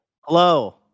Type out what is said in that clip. hello